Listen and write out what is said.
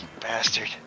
bastard